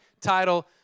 title